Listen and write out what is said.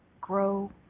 grow